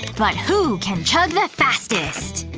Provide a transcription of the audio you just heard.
but who can chug the fastest?